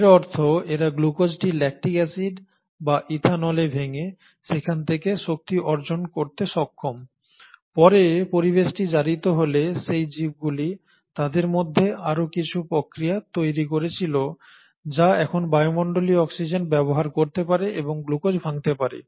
এর অর্থ এরা গ্লুকোজটি ল্যাকটিক অ্যাসিড বা ইথানলে ভেঙে সেখান থেকে শক্তি অর্জন করতে সক্ষম পরে পরিবেশটি জারিত হলে সেই জীবগুলি তাদের মধ্যে আরও কিছু প্রক্রিয়া তৈরি করেছিল যা এখন বায়ুমণ্ডলীয় অক্সিজেন ব্যবহার করতে পারে এবং গ্লুকোজ ভাঙতে পারে